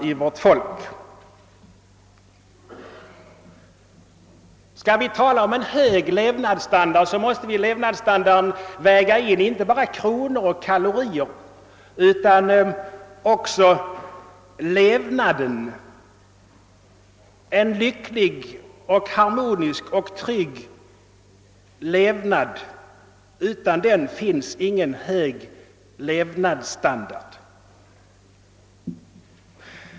Om vi skall tala om hög levnadsstandard måste vi väga in inte bara kronor och kalorier utan också en lycklig, harmonisk och trygg levnad, ty utan den finns ingen hög levnadsstandard.